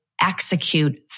execute